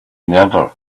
never